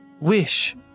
wish